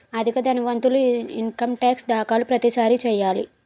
అధిక ధనవంతులు income tax దాఖలు ప్రతిసారి చేయాలి